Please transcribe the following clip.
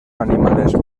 animales